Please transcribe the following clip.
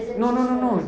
no no no no